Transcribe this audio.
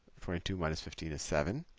twenty two minus fifteen is seven.